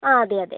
ആ അതെ അതെ